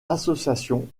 association